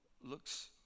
looks